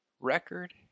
record